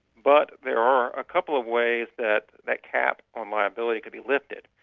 but there are a couple of ways that that cap on liability can be lifted.